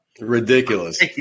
ridiculous